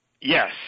Yes